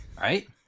right